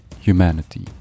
Humanity